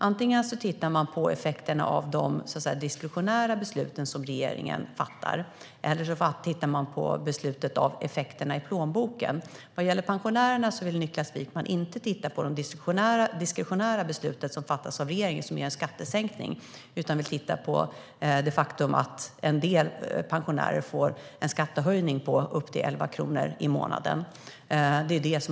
Antingen tittar han på effekterna av de diskretionära besluten som regeringen fattar eller så tittar han på effekterna av besluten på plånboken. Vad gäller pensionärerna vill Niklas Wykman inte titta på det diskretionära beslutet som fattas av regeringen, som är en skattesänkning, utan han vill titta på det faktum att en del pensionärer får en skattehöjning på upp till 11 kronor i månaden.